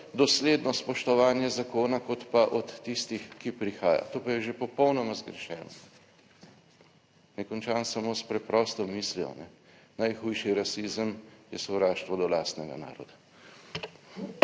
dosledno spoštovanje zakona, kot pa od tistih, ki prihajajo. To pa je že popolnoma zgrešeno. Naj končam samo s preprosto mislijo. Najhujši rasizem je sovraštvo do lastnega naroda.